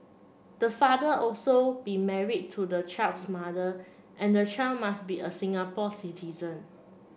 the father also be married to the child's mother and the child must be a Singapore citizen